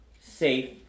safe